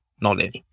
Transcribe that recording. knowledge